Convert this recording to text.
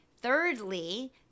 Thirdly